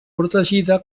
protegida